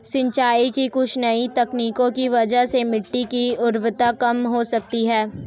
सिंचाई की कुछ नई तकनीकों की वजह से मिट्टी की उर्वरता कम हो सकती है